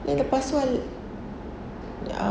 then lepas tu I